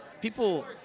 people